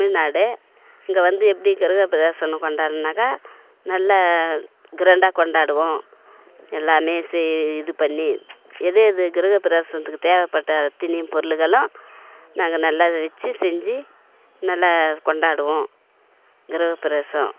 நட இங்கே வந்து எப்படி கிரகப்பிரவேசன்னு கொண்டாடுன்னாக்க நல்ல க்ராண்டாக கொண்டாடுவோம் எல்லாமே சே இது பண்ணி எது எது கிரக ப்ரவேசத்துக்கு தேவைப்பட்ட அத்தனி பொருள்களும் நாங்கள் நல்லது வச்சு செஞ்சு நல்ல கொண்டாடுவோம் கிரகப்பிரவேசம்